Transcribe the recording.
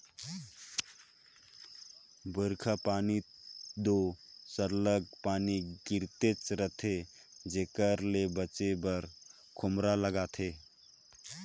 बरिखा घनी दो सरलग पानी गिरतेच रहथे जेकर ले बाचे बर खोम्हरा लागथे